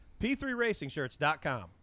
P3RacingShirts.com